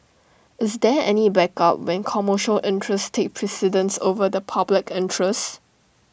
is there any backup when commercial interest precedence over the public interest